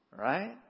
Right